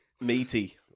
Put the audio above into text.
meaty